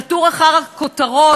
לתור אחר כותרות,